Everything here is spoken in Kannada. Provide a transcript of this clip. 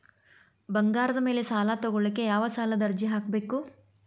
ಬಂಗಾರದ ಮ್ಯಾಲೆ ಸಾಲಾ ತಗೋಳಿಕ್ಕೆ ಯಾವ ಸಾಲದ ಅರ್ಜಿ ಹಾಕ್ಬೇಕು?